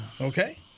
okay